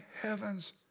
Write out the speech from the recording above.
heavens